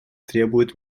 требует